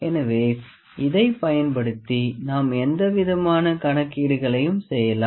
எனவே இதைப் பயன்படுத்தி நாம் எந்தவிதமான கணக்கீடுகளையும் செய்யலாம்